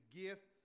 gift